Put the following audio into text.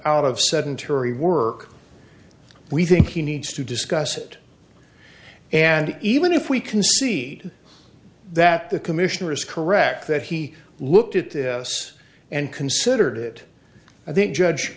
out of sedentary work we think he needs to discuss it and even if we concede that the commissioner is correct that he looked at this and considered it i think judge